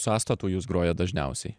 sąstatu jūs grojat dažniausiai